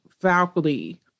faculty